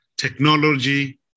Technology